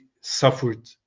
suffered